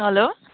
hello